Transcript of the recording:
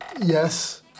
Yes